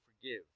forgive